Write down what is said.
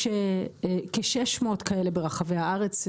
יש כ-600 כאלה ברחבי הארץ.